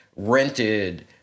rented